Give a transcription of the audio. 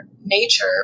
nature